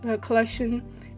Collection